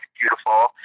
beautiful